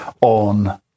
on